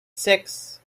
six